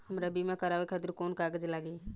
हमरा बीमा करावे खातिर कोवन कागज लागी?